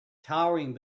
towering